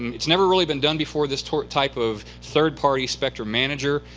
it's never really been done before, this type type of third-party spectrum manager,